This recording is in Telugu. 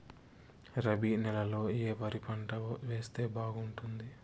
రబి నెలలో ఏ వరి పంట వేస్తే బాగుంటుంది